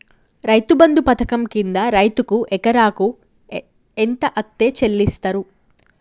రైతు బంధు పథకం కింద రైతుకు ఎకరాకు ఎంత అత్తే చెల్లిస్తరు?